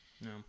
No